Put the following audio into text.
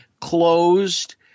closed